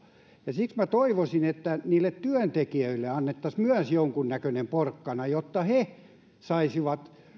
ja siksi minä toivoisin että niille työntekijöille annettaisiin myös jonkunnäköinen porkkana jotta he saisivat